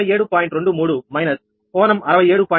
23 minus కోణం 67